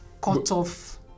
cutoff